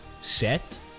set